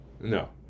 No